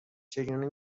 چگونه